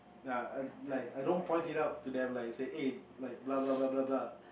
ya err like I don't point it out to them like say eh blah blah blah blah blah